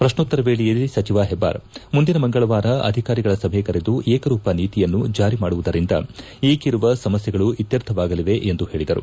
ಪ್ರಕ್ಷೋತ್ತರ ವೇಳೆಯಲ್ಲಿ ಸಚಿವ ಹೆಬ್ಬಾರ್ ಮುಂದಿನ ಮಂಗಳವಾರ ಅಧಿಕಾರಿಗಳ ಸಭೆ ಕರೆದು ವಿಕರೂಪ ನೀತಿಯನ್ನು ಜಾರಿ ಮಾಡುವುದರಿಂದ ಈಗಿರುವ ಸಮಸ್ಥೆಗಳು ಇತ್ತರ್ಥವಾಗಲಿವೆ ಎಂದು ಹೇಳಿದರು